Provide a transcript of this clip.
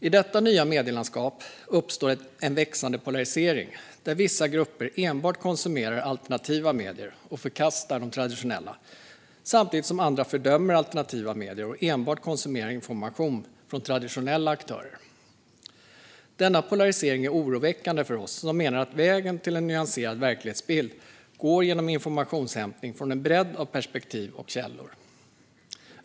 I detta nya medielandskap uppstår en växande polarisering, där vissa grupper enbart konsumerar alternativa medier och förkastar de traditionella samtidigt som andra fördömer alternativa medier och enbart konsumerar information från traditionella aktörer. Denna polarisering är oroväckande för oss som menar att vägen till en nyanserad verklighetsbild går genom informationsinhämtning från en bredd av perspektiv och källor.